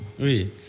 Oui